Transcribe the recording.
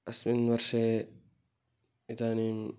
अस्मिन् वर्षे इदानीम्